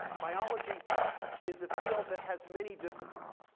biology is a field that has many disciplines.